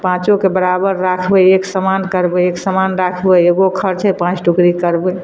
पाँचोके बराबर राखबै एक समान करबै एक समान राखबै एगो खर्च है पाँच टुकड़ी करबै